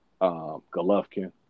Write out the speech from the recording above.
Golovkin